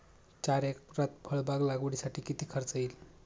चार एकरात फळबाग लागवडीसाठी किती खर्च येईल?